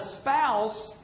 spouse